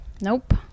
Nope